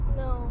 no